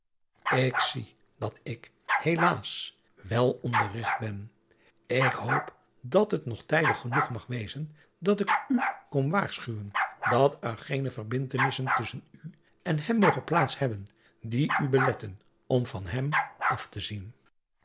zie dat ik helaas wel onderrigt ben k hoop dat het nog tijdig genoeg mag wezen dat ik u kom waarschuwen en dat er geene verbindtenissen tusschen u en hem mogen plaats hebben die u beletten om van hem af te zien